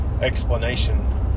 explanation